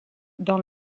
dans